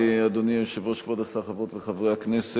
אדוני היושב-ראש, כבוד השר, חברות וחברי הכנסת,